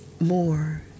more